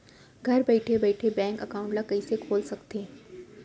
घर बइठे बइठे बैंक एकाउंट ल कइसे खोल सकथे?